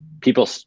people